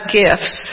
gifts